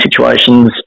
situations